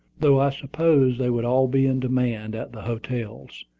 though i supposed they would all be in demand at the hotels.